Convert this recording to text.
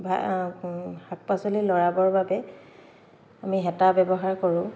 শাক পাচলি লৰাবৰ বাবে আমি হেতা ব্যৱহাৰ কৰোঁ